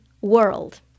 world